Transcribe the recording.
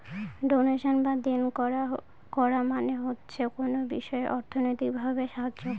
donation বা দেন করা মানে হচ্ছে কোনো বিষয়ে অর্থনৈতিক ভাবে সাহায্য করা